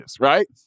right